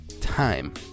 time